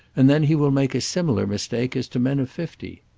and then he will make a similar mistake as to men of fifty.